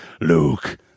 Luke